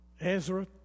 Ezra